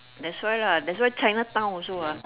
that's why lah that's why chinatown also ah